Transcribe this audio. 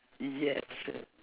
yes